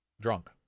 drunk